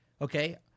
okay